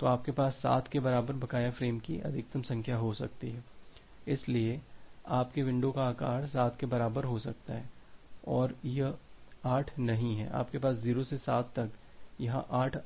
तो आपके पास 7 के बराबर बकाया फ्रेम की अधिकतम संख्या हो सकती है इसलिए आपके विंडो का आकार 7 के बराबर हो सकता है और यह 8 नहीं है आपके पास 0 से 7 तक यहां 8